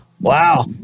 Wow